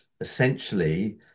essentially